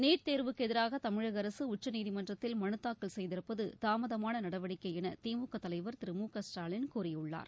NEET தேர்வுக்கு எதிராக தமிழக அரசு உச்சநீதிமன்றத்தில் மனுதாக்கல் செய்திருப்பது தாமதமாள நடவடிக்கை என திமுக தலைவர் திரு மு க ஸ்டாலின் கூறியுள்ளார்